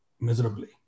miserably